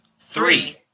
Three